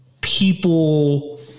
people